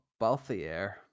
Balthier